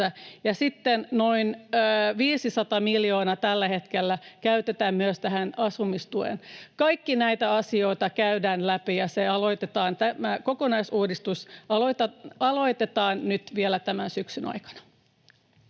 sitten noin 500 miljoonaa tällä hetkellä käytetään myös tähän asumistukeen. Kaikkia näitä asioita käydään läpi, ja tämä kokonaisuudistus aloitetaan nyt vielä tämän syksyn aikana.